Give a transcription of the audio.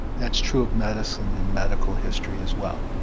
that's true of medicine and medical history as well.